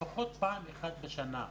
לפחות פעם אחת בשנה,